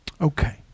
Okay